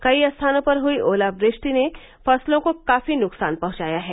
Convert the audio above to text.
कई स्थानों पर हुई ओलावृष्टि ने फसलों को काफी नुकसान पहुंचाया है